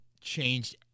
changed